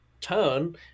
turn